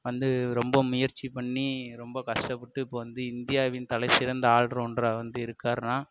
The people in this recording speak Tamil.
வந்து ரொம்ப முயற்சி பண்ணி ரொம்ப கஷ்டப்பட்டு இப்போ வந்து இந்தியாவின் தலை சிறந்த ஆல்ரௌண்ட்ராக வந்து இருக்காருனால்